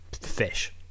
fish